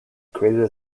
created